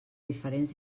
diferents